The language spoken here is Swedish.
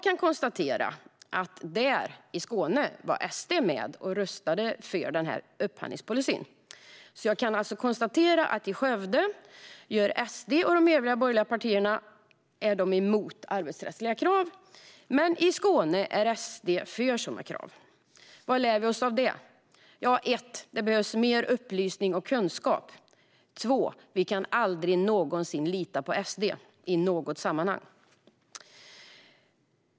I Skåne var SD med och röstade för den här upphandlingspolicyn. Jag kan alltså konstatera att i Skövde är SD och de övriga borgerliga partierna emot arbetsrättsliga krav, men i Skåne är SD för sådana krav. Vad lär vi oss av det? 1. Det behövs mer upplysning och kunskap. 2. Vi kan aldrig någonsin lita på SD i något sammanhang.